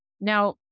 Now